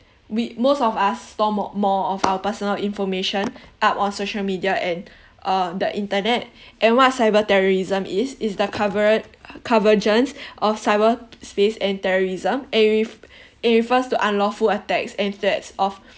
with most of us store mo~ more of our personal information up on social media and uh the internet and what cyberterrorism is is the covered convergence of cyberspace and terrorism and ref~ and refers to unlawful attacks and threats of